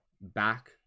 back